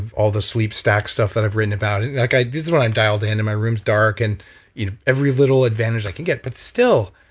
all the sleep stack stuff that i've written about. like this is what i'm dialed in and my room's dark, and you know every little advantage i can get. but still,